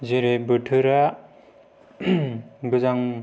जेरै बोथोरा गोजां